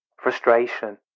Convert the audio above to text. frustration